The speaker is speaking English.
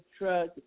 drug